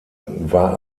war